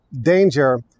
danger